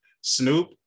Snoop